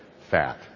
fat